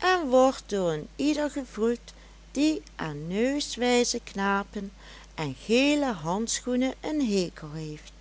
en wordt door een ieder gevoeld die aan neuswijze knapen en gele handschoenen een hekel heeft